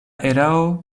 erao